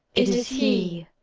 it is he!